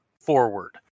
forward